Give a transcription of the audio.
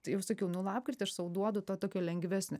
taip sakiau nu lapkritį aš sau duodu to tokio lengvesnio